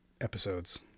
episodes